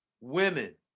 women